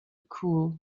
cool